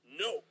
No